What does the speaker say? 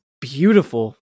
beautiful